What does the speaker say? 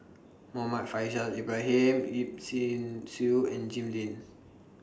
Muhammad Faishal Ibrahim Yip Sin Xiu and Jim Lim